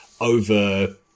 over